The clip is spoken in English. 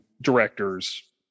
directors